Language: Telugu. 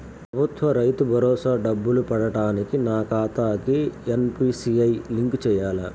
ప్రభుత్వ రైతు భరోసా డబ్బులు పడటానికి నా ఖాతాకి ఎన్.పీ.సి.ఐ లింక్ చేయాలా?